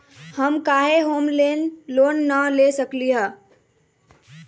हम काहे home loan न ले सकली ह?